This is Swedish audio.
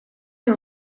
med